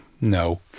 no